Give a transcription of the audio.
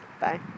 Bye